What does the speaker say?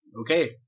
okay